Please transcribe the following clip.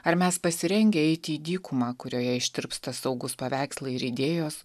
ar mes pasirengę eiti į dykumą kurioje ištirpsta saugūs paveikslai ir idėjos